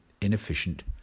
inefficient